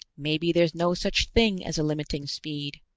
maybe there's no such thing as a limiting speed.